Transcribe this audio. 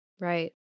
Right